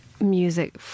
music